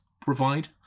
provide